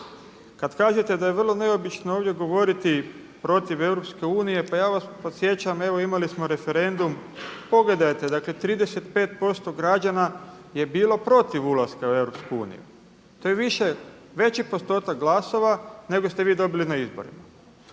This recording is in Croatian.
Kada kažete da je vrlo neobično ovdje govoriti protiv EU, pa ja vas podsjećam evo imali smo referendum, pogledajte dakle 35% građana je bilo protiv ulaska u EU, to je veći postotak glasova nego ste vi dobili na izborima.